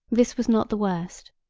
this was not the worst.